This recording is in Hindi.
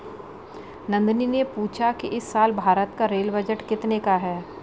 नंदनी ने पूछा कि इस साल भारत का रेल बजट कितने का है?